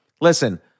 listen